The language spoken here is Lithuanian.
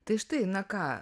tai štai na ką